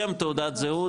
שם, תעודת זהות,